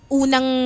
unang